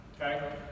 okay